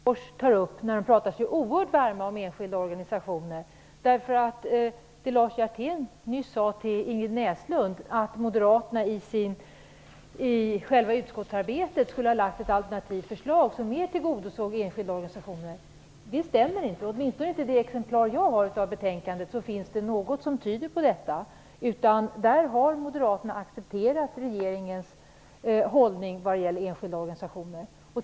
Herr talman! Jag blir förvirrad av vad Lars Hjertén och Sten Tolgfors tar upp när de pratar sig oerhört varma om enskilda organisationer. Det Lars Hjertén nyss sade till Ingrid Näslund om att Moderaterna i själva utskottsarbetet skulle ha lagt fram ett alternativt förslag som mer tillgodosåg enskilda organisationer stämmer inte. Det finns åtminstone ingenting i det exemplar jag har av betänkadet som tyder på detta. Där har Moderaterna accepterat regeringens hållning vad gäller enskilda organisationer.